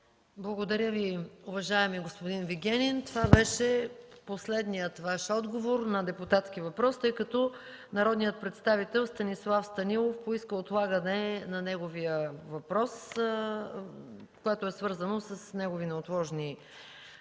Благодаря Ви, уважаеми господин Вигенин. Това беше последният Ваш отговор на депутатски въпрос, тъй като народният представител Станислав Станилов поиска отлагане на неговия въпрос, което е свързано с негови неотложни служебни